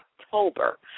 October